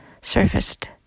surfaced